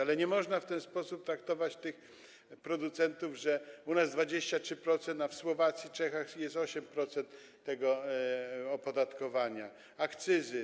Ale nie można w ten sposób traktować tych producentów, że u nas jest 23%, a na Słowacji i w Czechach jest 8%, jeśli chodzi o opodatkowanie, akcyzy.